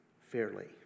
fairly